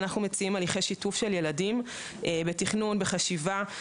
אנחנו מציעים הליכי שיתוף של ילדים בתכנון ובחשיבה,